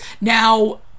now